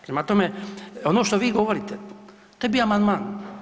Prema tome, ono što vi govorite to je bio amandman.